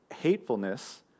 hatefulness